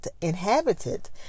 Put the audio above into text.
inhabited